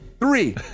three